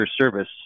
service